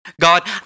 God